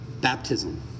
baptism